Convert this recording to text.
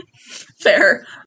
Fair